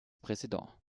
président